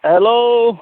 hello